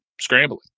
scrambling